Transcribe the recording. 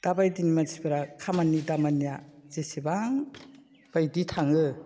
दा बायदिनि मानसिफोरा खामानि दामानिया जेसेबां बायदि थाङो